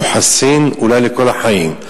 הוא חסין אולי לכל החיים.